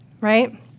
right